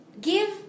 Give